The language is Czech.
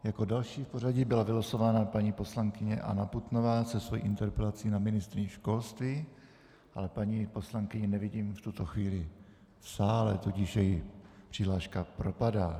Jako další v pořadí byla vylosována paní poslankyně Anna Putnová se svou interpelací na ministryni školství, ale paní poslankyni nevidím v tuto chvíli v sále, tudíž její přihláška propadá.